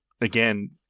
Again